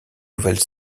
nouvelle